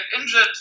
injured